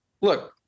look